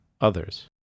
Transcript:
others